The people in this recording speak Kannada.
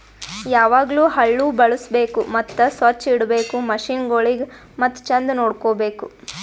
ಯಾವಾಗ್ಲೂ ಹಳ್ಳು ಬಳುಸ್ಬೇಕು ಮತ್ತ ಸೊಚ್ಚ್ ಇಡಬೇಕು ಮಷೀನಗೊಳಿಗ್ ಮತ್ತ ಚಂದ್ ನೋಡ್ಕೋ ಬೇಕು